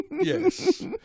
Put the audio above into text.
Yes